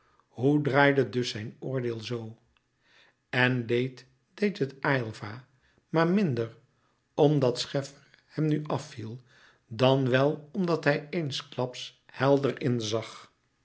draaide dus zijn oordeel zoo en leed deed het aylva maar minder omdat scheffer hem nu afviel dan wel omdat hij eensklaps helder inzag